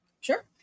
sure